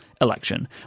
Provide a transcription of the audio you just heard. election